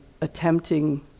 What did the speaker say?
attempting